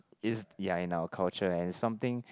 is ya in our culture and is something